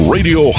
Radio